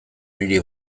niri